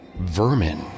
vermin